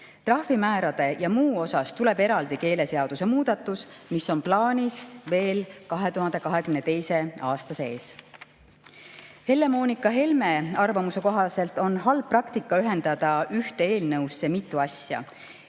Trahvimäärade ja muu kohta tuleb eraldi keeleseaduse muudatus, mis on plaanis veel 2022. aasta sees. Helle-Moonika Helme arvamuse kohaselt on halb praktika ühendada ühte eelnõusse mitu asja.